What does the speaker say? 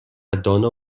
دانا